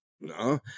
no